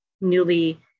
newly